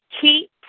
Keep